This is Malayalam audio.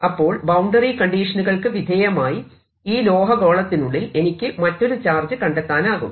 അപ്പോൾ ബൌണ്ടറി കണ്ടീഷനുകൾക്ക് വിധേയമായി ഈ ലോഹ ഗോളത്തിനുള്ളിൽ എനിക്ക് മറ്റൊരു ചാർജ് കണ്ടെത്താനാകും